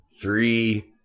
three